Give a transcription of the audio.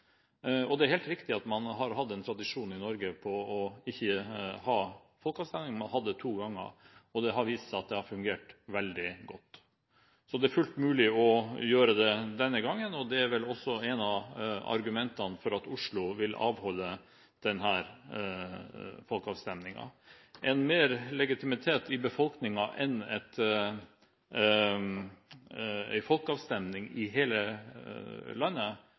Man har hatt det to ganger, og det har vist seg at det har fungert veldig godt. Det er fullt mulig å gjøre det denne gangen, og det er vel et av argumentene for at Oslo vil avholde denne folkeavstemningen. En mer legitimitet i befolkningen enn en folkeavstemning i hele landet